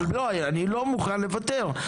אבל אני לא מוכן לוותר,